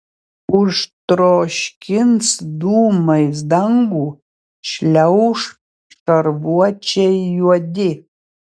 užtroškins dūmais dangų šliauš šarvuočiai juodi